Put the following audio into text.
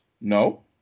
No